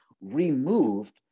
removed